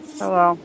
hello